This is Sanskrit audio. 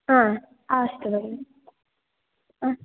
हा अस्तु भगिनि अस्